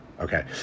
Okay